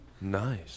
Nice